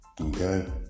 Okay